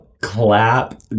clap